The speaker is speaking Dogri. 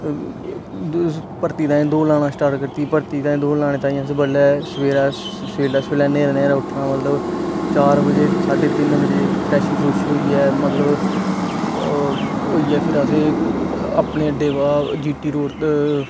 भर्ती ताई दौड़ लाना स्टार्ट करी दिती भर्ती ताई दौड़ लाने तांई अस बडलै सबेरे सबेला सबेला न्हेरे न्हेरे उट्ठना मतलब चार बजे साढे तिन बजे फ्रेश होइयै मतलब होइयै फिर असें अपने अड्डे जिटी रोड